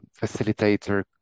facilitator